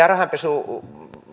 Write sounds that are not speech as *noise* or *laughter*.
*unintelligible* rahanpesu